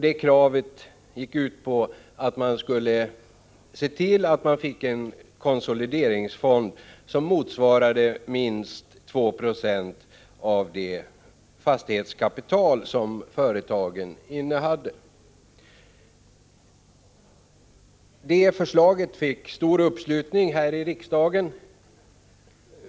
Detta krav gick ut på att de skulle se till att få en konsolideringsfond som motsvarade minst 2 96 av det fastighetskapital som företagen innehade. Det förslaget fick stor uppslutning här i riksdagen.